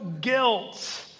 guilt